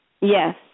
Yes